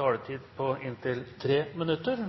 taletid begrenset til 3 minutter.